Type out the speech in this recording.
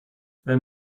wenn